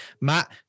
Matt